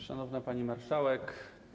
Szanowna Pani Marszałek!